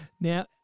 Now